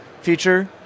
feature